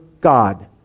God